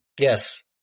Yes